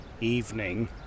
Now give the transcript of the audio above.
evening